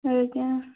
ଆଜ୍ଞା